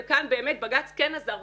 וכאן באמת בג"ץ כן עזר.